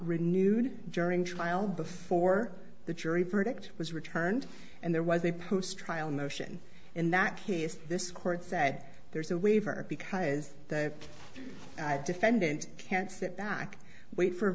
renewed during trial before the jury verdict was returned and there was a post trial motion in that case this court said there's a waiver because the defendant can't sit back wait for